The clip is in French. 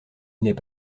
n’est